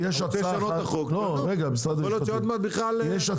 אולי עוד מעט- - יש שתי הצעות.